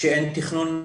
כשאין תכנון,